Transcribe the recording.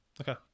Okay